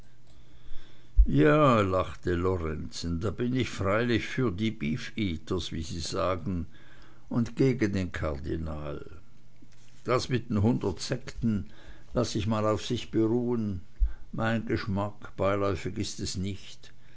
ja lachte lorenzen da bin ich freilich für die beefeaters wie sie sagen und gegen den kardinal das mit den hundert sekten laß ich auf sich beruhn mein geschmack beiläufig ist es nicht